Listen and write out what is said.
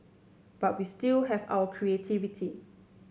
but we still have our creativity